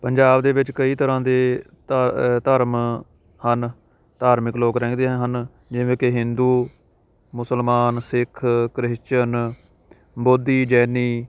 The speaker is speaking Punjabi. ਪੰਜਾਬ ਦੇ ਵਿੱਚ ਕਈ ਤਰ੍ਹਾਂ ਦੇ ਧ ਧਰਮ ਹਨ ਧਾਰਮਿਕ ਲੋਕ ਰਹਿੰਦੇ ਹਨ ਜਿਵੇਂ ਕਿ ਹਿੰਦੂ ਮੁਸਲਮਾਨ ਸਿੱਖ ਕ੍ਰਿਸਚਨ ਬੋਧੀ ਜੈਨੀ